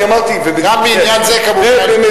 אני אמרתי: ובמדינת ישראל.